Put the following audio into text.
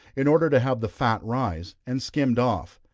in order to have the fat rise, and skimmed off.